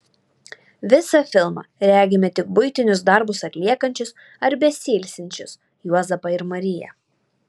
visą filmą regime tik buitinius darbus atliekančius ar besiilsinčius juozapą ir mariją